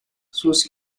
sus